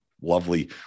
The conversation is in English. lovely